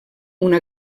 una